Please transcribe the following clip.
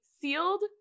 sealed